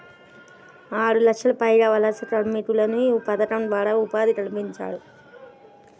ఆరులక్షలకు పైగా వలస కార్మికులకు యీ పథకం ద్వారా ఉపాధి కల్పించారు